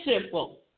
simple